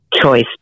Choice